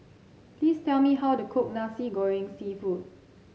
please tell me how to cook Nasi Goreng seafood